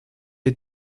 est